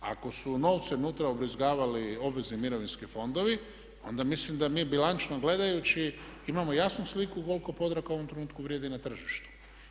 Ako su novce unutra ubrizgavali obvezni mirovinski fondovi onda mislim da mi bilančno gledajući imamo jasnu sliku koliko Podravka u ovom trenutku vrijedi na tržištu.